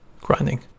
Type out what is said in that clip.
grinding